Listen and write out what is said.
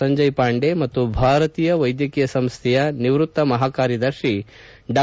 ಸಂಜಯ್ ಪಾಂಡೆ ಮತ್ತು ಭಾರತೀಯ ವೈದ್ಯಕೀಯ ಸಂಸ್ಥೆಯ ನಿವೃತ್ತ ಮಹಾಕಾರ್ಯದರ್ಶಿ ಡಾ